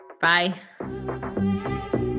Bye